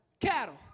cattle